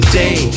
day